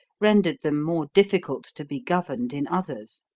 rendered them more difficult to be governed in others.